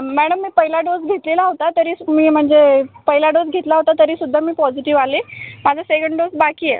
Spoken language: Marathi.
मॅडम मी पहिला डोस घेतलेला होता तरी मी म्हणजे पहिला डोस घेतला होता तरीसुद्धा मी पॉझिटिव्ह आले माझा सेकंड डोस बाकी आहे